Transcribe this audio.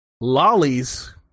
Lollies